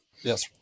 Yes